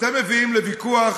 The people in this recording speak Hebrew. אתם מביאים לוויכוח,